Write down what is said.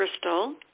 crystal